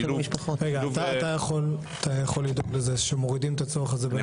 בשילוב --- האם אתה יכול לדאוג לזה שמורידים את הצורך הזה ב ---?